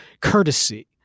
courtesy